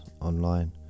online